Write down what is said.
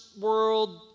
world